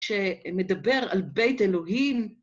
שמדבר על בית אלוהים.